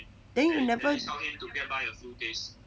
then you never